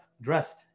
dressed